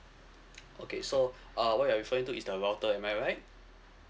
okay so uh what you are referring to is the router am I right